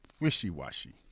wishy-washy